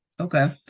Okay